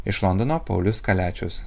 iš londono paulius kaliačius